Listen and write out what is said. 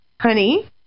Honey